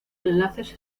enlaces